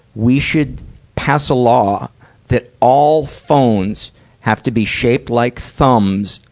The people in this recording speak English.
we should pass a law that all phones have to be shaped like thumbs.